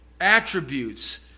attributes